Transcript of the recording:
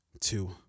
two